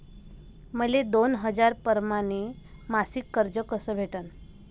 मले दोन हजार परमाने मासिक कर्ज कस भेटन?